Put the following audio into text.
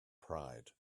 pride